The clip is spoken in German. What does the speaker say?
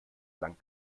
lang